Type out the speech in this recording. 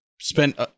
spent –